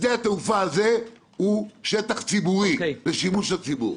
שדה התעופה הזה הוא שטח ציבורי לשימוש הציבור.